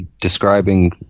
describing